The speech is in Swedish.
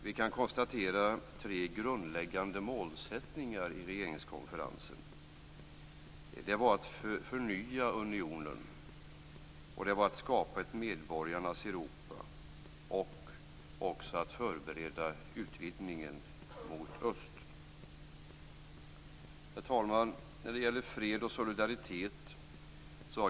Vi kan konstatera tre grundläggande målsättningar i regeringskonferensen: att förnya unionen att skapa ett medborgarnas Europa att förbereda utvidgningen mot öst Herr talman!